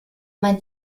mein